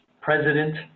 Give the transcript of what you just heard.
president